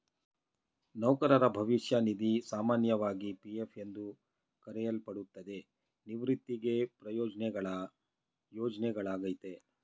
ನೌಕರರ ಭವಿಷ್ಯ ನಿಧಿ ಸಾಮಾನ್ಯವಾಗಿ ಪಿ.ಎಫ್ ಎಂದು ಕರೆಯಲ್ಪಡುತ್ತೆ, ನಿವೃತ್ತರಿಗೆ ಪ್ರಯೋಜ್ನಗಳ ಯೋಜ್ನೆಯಾಗೈತೆ